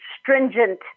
stringent